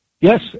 Yes